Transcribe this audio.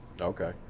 Okay